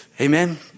Amen